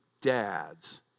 dads